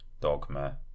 dogma